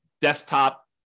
desktop